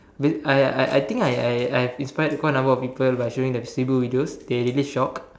I I I think I I I've inspired quite a number of people by showing the Cebu videos they are really shocked